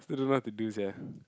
still don't know what to do sia